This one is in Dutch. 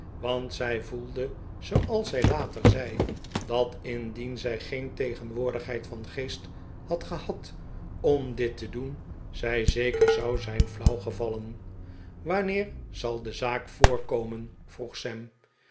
want zij voelde zooals zij later zei dat indien zij geen tegenwoordigheid van geest had gehad om dit te doen zij zeker zou zijn flauw gevallen wanneer zal de zaak voorkomen vroeg